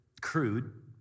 crude